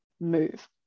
move